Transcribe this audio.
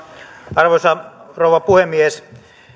arvoisa rouva puhemies